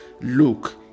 look